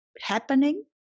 happening